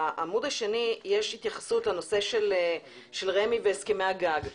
בעמוד השני יש התייחסות לנושא של רשות מקרקעי ישראל והסכמי הגג.